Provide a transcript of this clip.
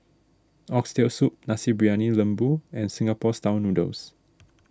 Oxtail Soup Nasi Briyani Lembu and Singapore Style Noodles